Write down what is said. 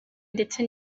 ndetse